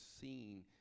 seen